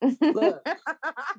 Look